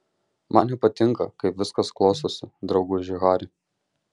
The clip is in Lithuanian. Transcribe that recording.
man nepatinka kaip viskas klostosi drauguži hari